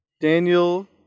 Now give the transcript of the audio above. Daniel